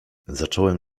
zacząłem